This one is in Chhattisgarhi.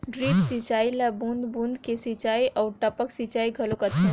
ड्रिप सिंचई ल बूंद बूंद के सिंचई आऊ टपक सिंचई घलो कहथे